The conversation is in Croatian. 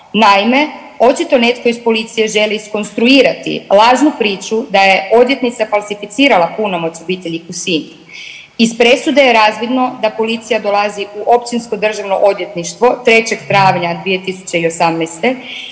Naime, očito netko iz policije želi iskonstruirati lažnu priču da je odvjetnica falsificirala punomoć obitelji Husini. Iz presude je razvidno da policija dolazi u Općinsko državno odvjetništvo 3.